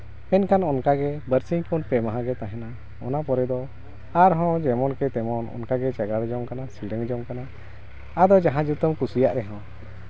ᱢᱮᱱᱠᱷᱟᱱ ᱚᱱᱠᱟᱜᱮ ᱵᱟᱨᱥᱤᱧ ᱠᱷᱚᱱ ᱯᱮ ᱢᱟᱦᱟ ᱜᱮ ᱛᱟᱦᱮᱱᱟ ᱚᱱᱟ ᱯᱚᱨᱮ ᱫᱚ ᱟᱨᱦᱚᱸ ᱡᱮᱢᱚᱱ ᱠᱤ ᱛᱮᱢᱚᱱ ᱚᱱᱠᱟᱜᱮ ᱪᱟᱸᱜᱟᱲ ᱡᱚᱝ ᱠᱟᱱᱟ ᱥᱤᱲᱟᱹᱝ ᱡᱚᱝ ᱠᱟᱱᱟ ᱟᱫᱚ ᱡᱟᱦᱟᱸ ᱡᱩᱛᱟᱹᱢ ᱠᱩᱥᱤᱭᱟᱜ ᱨᱮᱦᱚᱸ